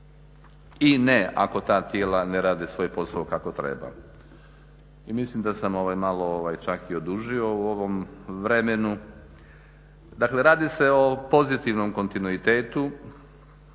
i ne, ako ta tijela ne rade svoj posao kako treba. I mislim da sam malo čak i odužio u ovom vremenu, dakle radi se o pozitivnom kontinuitetu,